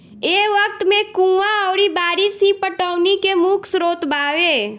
ए वक्त में कुंवा अउरी बारिस ही पटौनी के मुख्य स्रोत बावे